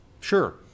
Sure